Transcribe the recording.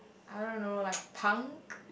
I don't know like punk